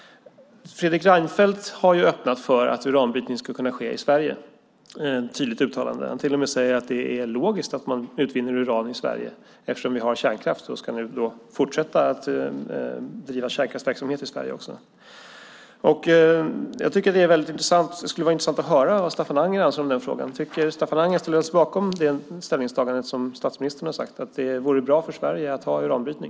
Fredrik Reinfeldt har ju öppnat för att uranbrytning skulle kunna ske i Sverige. Det är ett tydligt uttalande. Han till och med säger att det är logiskt att man utvinner uran i Sverige eftersom vi har kärnkraft och nu ska fortsätta att driva kärnkraftsverksamhet i Sverige. Jag tycker att det är väldigt intressant. Det skulle vara intressant att höra vad Staffan Anger anser om den frågan. Tänker Staffan Anger ställa sig bakom det ställningstagande som statsministern har gjort, att det vore bra för Sverige att ha uranbrytning?